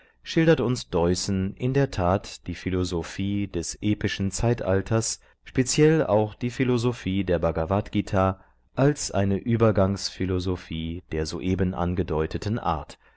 schildert uns deussen in der tat die philosophie des epischen zeitalters speziell auch die philosophie der bhagavadgt als eine übergangsphilosophie der soeben angedeuteten art